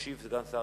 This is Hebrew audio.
ישיב סגן שר